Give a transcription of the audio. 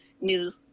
new